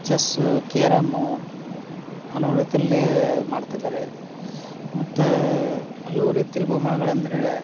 chess carrom ಹಲವು ರೀತಿಯಲ್ಲೀ ಮಾಡ್ತಿದ್ದಾರೆ ಮತ್ತು ಹಲವು ರೀತಿಯಲ್ಲಿ ಬಹುಮಾನಗಳಂದ್ರೆ